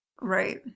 Right